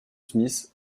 smith